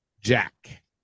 Jack